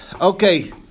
Okay